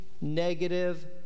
negative